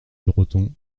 breton